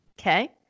Okay